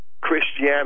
Christianity